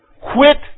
quit